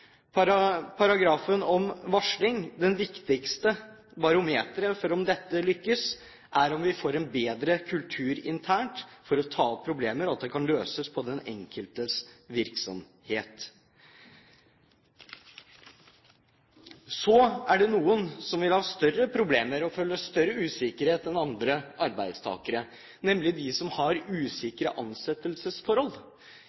paragrafen om varsling, er det viktigste barometeret på om dette lykkes, at vi får en bedre kultur internt for å ta opp problemer, og at de kan løses i den enkelte virksomhet. Så er det noen som vil ha større problemer og føle større usikkerhet enn andre arbeidstakere, nemlig de som har